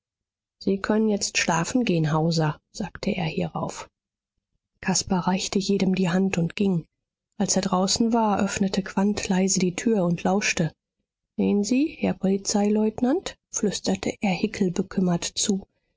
sie können jetzt schlafen gehen hauser sagte er hierauf caspar reichte jedem die hand und ging als er draußen war öffnete quandt leise die tür und lauschte sehen sie herr polizeileutnant flüsterte er hickel bekümmert zu